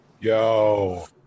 Yo